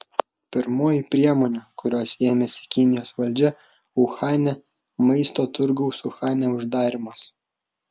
pirmoji priemonė kurios ėmėsi kinijos valdžia uhane maisto turgaus uhane uždarymas